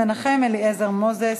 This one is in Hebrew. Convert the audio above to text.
וחבר הכנסת מנחם אליעזר מוזס,